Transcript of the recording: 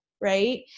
right